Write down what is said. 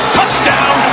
Touchdown